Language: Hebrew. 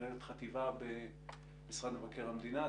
מנהלת חטיבה במשרד מבקר המדינה.